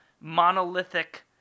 monolithic